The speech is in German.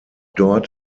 dort